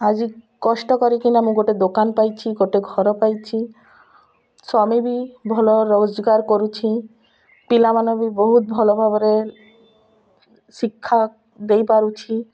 ଆଜି କଷ୍ଟ କରିକିନା ମୁଁ ଗୋଟେ ଦୋକାନ ପାଇଛି ଗୋଟେ ଘର ପାଇଛି ସ୍ୱାମୀ ବି ଭଲ ରୋଜଗାର କରୁଛି ପିଲାମାନେ ବି ବହୁତ ଭଲ ଭାବରେ ଶିକ୍ଷା ଦେଇପାରୁଛି